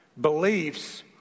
beliefs